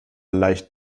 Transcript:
leicht